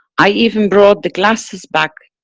i even brought the glasses back,